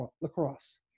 lacrosse